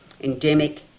endemic